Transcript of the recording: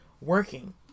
working